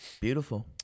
Beautiful